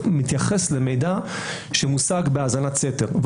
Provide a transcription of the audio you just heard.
מתייחס למידע שמושג בהאזנת סתר,